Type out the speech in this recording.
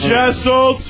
Jessel